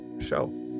show